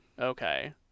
Okay